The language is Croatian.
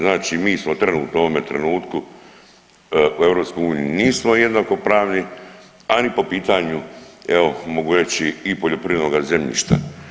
Znači mi smo trenutno u ovome trenutku u EU nismo jednakopravni, a ni po pitanju evo mogu reći i poljoprivrednoga zemljišta.